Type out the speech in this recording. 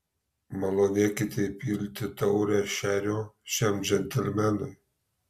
malonėkite įpilti taurę šerio šiam džentelmenui